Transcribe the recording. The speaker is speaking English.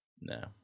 No